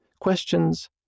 Questions